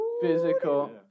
Physical